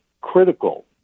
critical